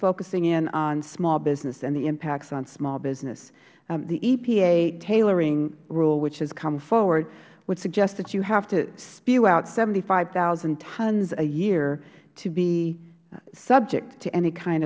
focusing in on small business and the impacts on small business the epa tailoring rule which has come forward would suggest that you have to spew out seventy five thousand tons a year to be subject to any kind